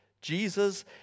Jesus